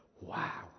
Wow